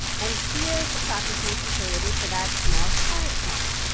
and here's the processing facility for that small carrot farm.